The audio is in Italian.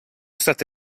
state